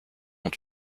ont